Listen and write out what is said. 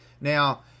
Now